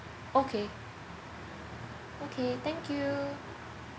okay okay thank you